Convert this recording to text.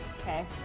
Okay